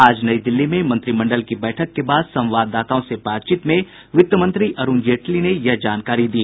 आज नई दिल्ली में मंत्रिमंडल की बैठक के बाद संवाददाताओं से बातचीत में वित्त मंत्री अरूण जेटली ने यह जानकारी दी